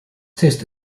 test